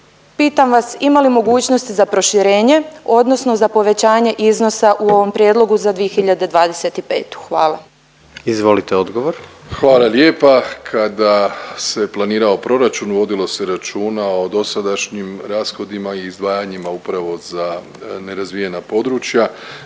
Pitam vas ima li mogućnosti za proširenje odnosno za povećanje iznosa u ovom prijedlogu za 2025.? Hvala. **Jandroković, Gordan (HDZ)** Izvolite odgovor. **Plenković, Andrej (HDZ)** Hvala lijepa. Kada se planirao proračun vodilo se računa o dosadašnjim rashodima i izdvajanjima upravo za nerazvijena područja.